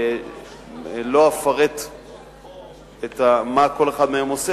לא אפרט מה כל אחד מהם עושה,